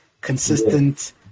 consistent